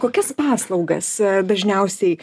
kokias paslaugas dažniausiai